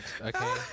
okay